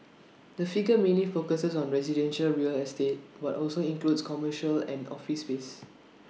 the figure mainly focuses on residential real estate but also includes commercial and office space